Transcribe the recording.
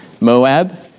Moab